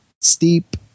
Steep